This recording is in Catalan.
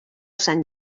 sant